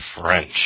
French